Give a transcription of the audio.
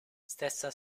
stessa